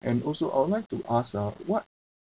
and also I would like to ask ah what